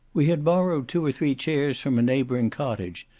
we had borrowed two or three chairs from a neighbouring cottage,